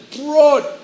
broad